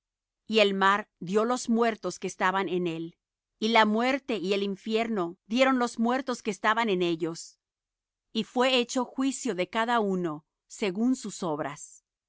y el mar dió los muertos que estaban en él y la muerte y el infierno dieron los muertos que estaban en ellos y fué hecho juicio de cada uno según sus obras